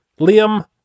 Liam